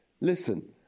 listen